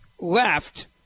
left